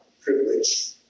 privilege